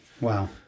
Wow